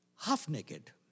Half-naked